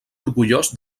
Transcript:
orgullós